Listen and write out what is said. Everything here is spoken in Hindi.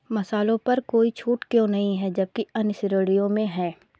मसालों पर कोई छूट क्यों नहीं है जबकि अन्य श्रेणियों में है